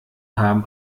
haben